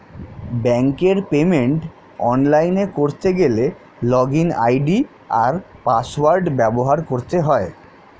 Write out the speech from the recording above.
ব্যাঙ্কের পেমেন্ট অনলাইনে করতে গেলে লগইন আই.ডি আর পাসওয়ার্ড ব্যবহার করতে হয়